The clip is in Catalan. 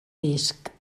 disc